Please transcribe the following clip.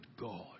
God